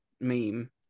meme